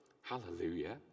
Hallelujah